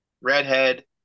Redhead